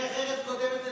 דרך ארץ קודמת לתורה.